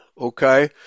Okay